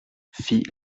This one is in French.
fit